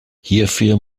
hierfür